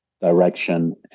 direction